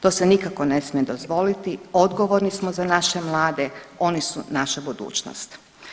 To se nikako ne smije dozvoliti odgovorni smo za naše mlade, oni su naša budućnost.